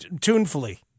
tunefully